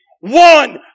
one